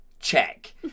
Check